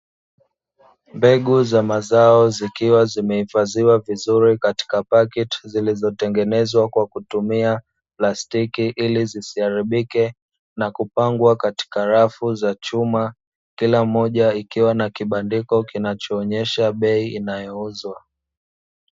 Mbegu za mazao zikiwa zimehifadhiwa vizuri katika pakiti zilizotengenezwa kwa kutumia plastiki ili zisiharibike, na kupangwa katika rafu za chuma, kila mmoja ikiwa na kibandiko kinachoonyesha bei inayoouzwa.